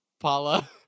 Paula